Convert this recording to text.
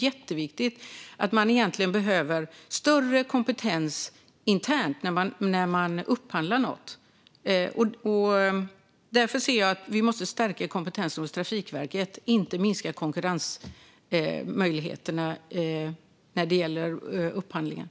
Man behöver egentligen större kompetens internt när man upphandlar något. Därför anser jag att vi måste stärka kompetensen hos Trafikverket, inte minska konkurrensmöjligheterna när det gäller upphandlingar.